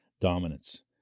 dominance